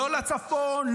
לא לצפון,